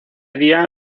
día